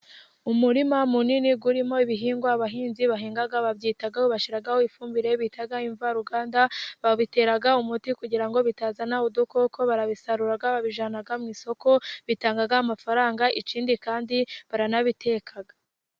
Umurima munini urimo ibihingwa abahinzi bahinga babyitaho bashyiraho ifumbire bita imvaruganda, babitera umuti kugira ngo bitazana udukoko, barabisarura babijyana mu isoko bitanga amafaranga ikindi kandi baranabiteka.